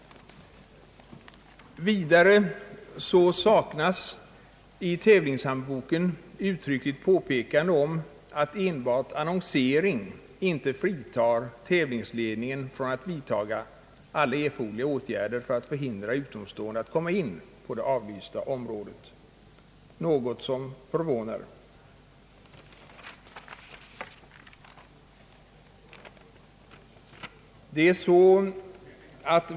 Vidare saknas i tävlingshandboken uttryckligt påpekande om att enbart annonsering inte fritar tävlingsledningen från att vidtaga alla erforderliga åtgärder för att förhindra utomstående att komma in på det avlysta området — något som förvånar.